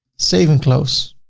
save and close.